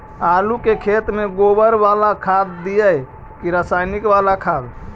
आलू के खेत में गोबर बाला खाद दियै की रसायन बाला खाद?